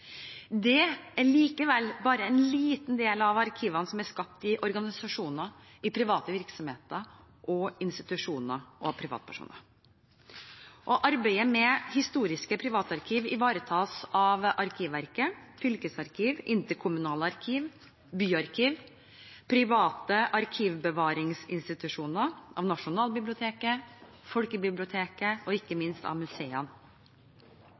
er likevel bare en liten del av arkivene som er skapt i organisasjoner, i private virksomheter og institusjoner og av privatpersoner. Arbeidet med historiske privatarkiv ivaretas av Arkivverket, fylkesarkiv, interkommunale arkiv, byarkiv, private arkivbevaringsinstitusjoner, Nasjonalbiblioteket, folkebibliotekene og ikke minst av museene.